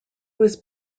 was